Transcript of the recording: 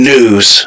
News